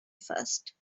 first